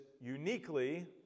uniquely